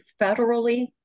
federally